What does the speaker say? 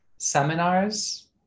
seminars